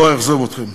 לא אאכזב אתכם.